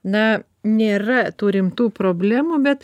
na nėra tų rimtų problemų bet